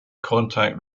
contact